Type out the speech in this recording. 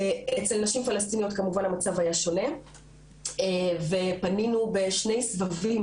אצל נשים פלשתינאיות כמובן המצב היה שונה ופנינו בשני סבבים